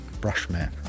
brushman